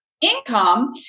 income